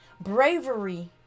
bravery